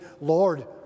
Lord